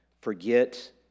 Forget